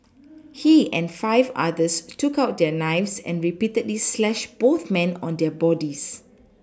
he and five others took out their knives and repeatedly slashed both men on their bodies